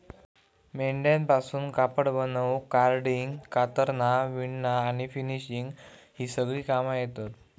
मेंढ्यांपासून कापड बनवूक कार्डिंग, कातरना, विणना आणि फिनिशिंग ही सगळी कामा येतत